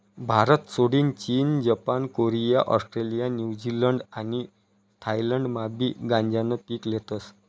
भारतसोडीन चीन, Japan, Korea, Australia, New Zealand आणि थायलंडमाबी गांजानं पीक लेतस